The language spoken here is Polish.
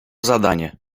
zadanie